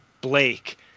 Blake